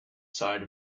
side